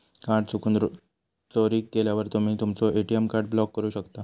card चुकून, चोरीक गेल्यावर तुम्ही तुमचो ए.टी.एम कार्ड ब्लॉक करू शकता